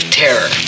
terror